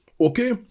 okay